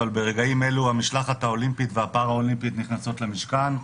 אבל ברגעים אלו המשלחת האולימפית והפרה-אולימפית נכנסות למשכן,